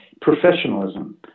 Professionalism